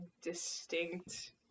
distinct